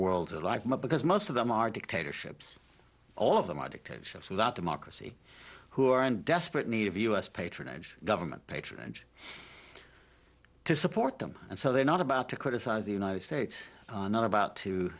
worlds of life because most of them are dictatorships all of them are dictatorships and not democracy who are in desperate need of us patronage government patronage to support them and so they're not about to criticize the united states not about to